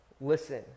listen